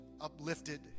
uplifted